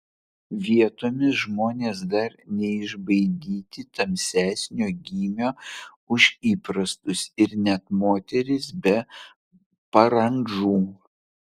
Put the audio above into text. vietomis žmonės dar neišbaidyti tamsesnio gymio už įprastus ir net moterys be parandžų